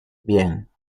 bien